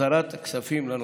להחזרת הכספים לנוסעים.